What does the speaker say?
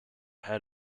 head